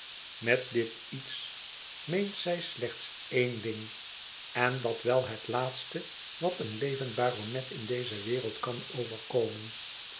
met dit iets meent zij slechts één ding en dat wel het laatste wat een levend baronet in deze wereld kan overkomen